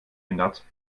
ändert